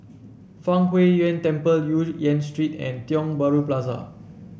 Fang Huo Yuan Temple Yu Yen Street and Tiong Bahru Plaza